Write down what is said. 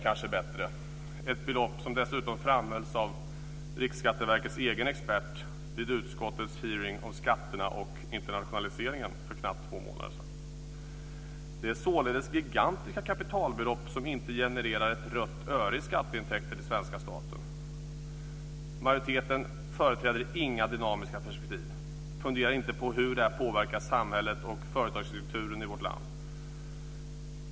Det är ett belopp som dessutom framhölls av Riksskatteverkets egen expert vid utskottets utfrågning om skatterna och internationaliseringen för knappt två månader sedan. Det är således gigantiska kapitalbelopp som inte genererar ett rött öre i skatteintäkter till svenska staten. Majoritet företräder inga dynamiska perspektiv och funderar inte på hur det påverkar samhället och företagsstrukturen i vårt land.